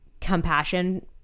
compassion